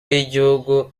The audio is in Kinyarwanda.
y’igihugu